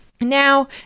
Now